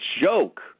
joke